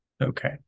Okay